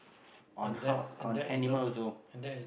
on how on animals also